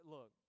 Look